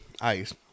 ice